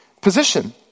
position